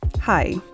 Hi